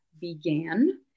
began